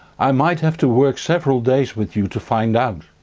i might have to work several days with you to find out.